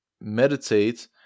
meditate